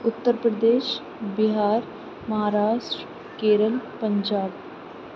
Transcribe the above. Uttar Pradesh Bihar Maharashtra Kerala Punjab